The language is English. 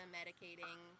medicating